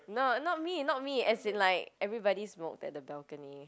no not me not me as in like everybody smoked at the balcony